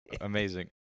amazing